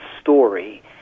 story